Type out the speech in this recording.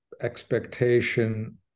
expectation